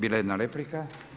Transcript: Bila je jedna replika.